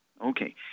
Okay